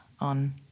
on